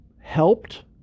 helped